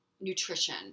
nutrition